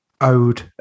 owed